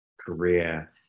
career